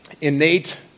innate